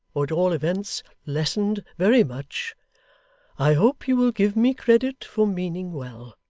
or at all events lessened very much i hope you will give me credit for meaning well.